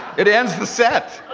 it ends the set.